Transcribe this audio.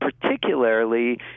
particularly